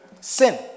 Sin